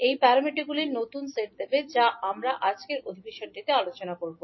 এটি প্যারামিটারগুলির নতুন সেট দেবে যা আমরা আজকের অধিবেশনটিতে আলোচনা করব